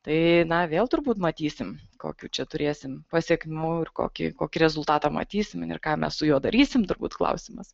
tai na vėl turbūt matysim kokių čia turėsim pasekmių ir kokį kokį rezultatą matysim ir ką mes su juo darysim turbūt klausimas